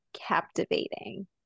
captivating